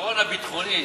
היתרון הביטחוני,